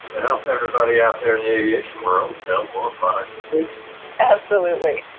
help everybody out there in the aviation world sell more products and absolutely.